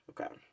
Okay